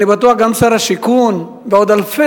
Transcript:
אני בטוח גם ששר השיכון ועוד אלפי